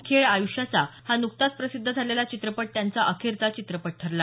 खेळ आयुष्याचा हा नुकताच प्रसिद्ध झालेला चित्रपट त्यांचा अखेरचा चित्रपट ठरला